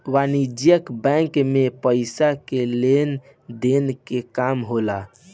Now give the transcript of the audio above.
वाणिज्यक बैंक मे पइसा के लेन देन के काम होला